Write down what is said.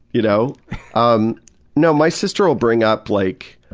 you know um no, my sister will bring up, like,